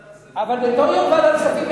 בתור יושב-ראש ועדת הכספים,